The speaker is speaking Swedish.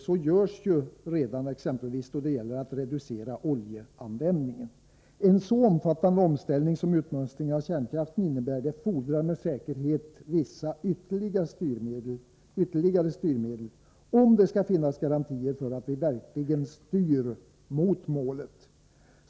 Så görs ju redan exempelvis för att reducera oljeanvändningen. En så omfattande omställning som utmönstringen av kärnkraften innebär fordrar med säkerhet vissa ytterligare styrmedel, om det skall finnas garantier för att vi verkligen styr mot målet.